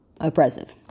oppressive